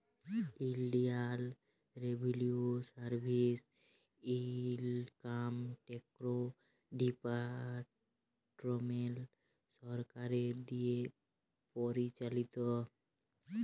ইলডিয়াল revenue service income tax department সরকারের দিঁয়ে পরিচালিত